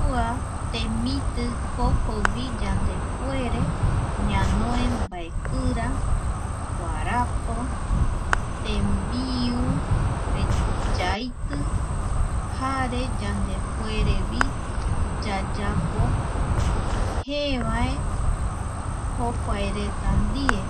Kua temiti cocogui yandepuere ñanoe mbaekira, guarapo, tembiu, pe yaiti vi jare yandepuerevi yayapu jeevae jokuae reta ndie.